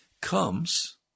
comes